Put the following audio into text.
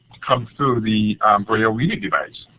come through the braille reader device.